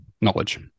knowledge